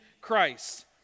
Christ